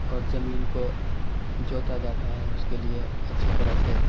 اور زمین کو جوتا جاتا ہے اس کے لئے اچھی طرح سے